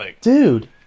Dude